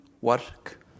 work